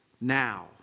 now